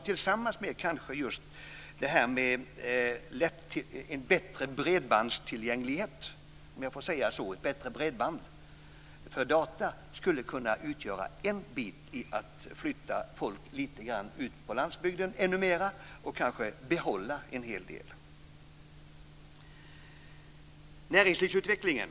Tillsammans med en bättre tillgång till bredband för datakommunikation skulle det kanske kunna bidra något till att flera flyttar ut på landsbygden och till att en hel del stannar kvar. Jag kommer så till näringslivsutvecklingen.